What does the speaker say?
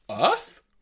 Earth